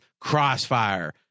Crossfire